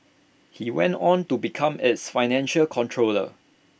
he went on to become its financial controller